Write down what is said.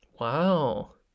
Wow